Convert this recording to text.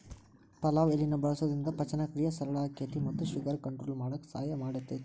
ಪಲಾವ್ ಎಲಿನ ಬಳಸೋದ್ರಿಂದ ಪಚನಕ್ರಿಯೆ ಸರಳ ಆಕ್ಕೆತಿ ಮತ್ತ ಶುಗರ್ ಕಂಟ್ರೋಲ್ ಮಾಡಕ್ ಸಹಾಯ ಮಾಡ್ತೆತಿ